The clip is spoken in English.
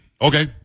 Okay